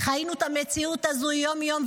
חיינו את המציאות הזאת יום-יום,